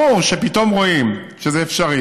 ברור שפתאום רואים שזה אפשרי,